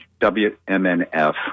WMNF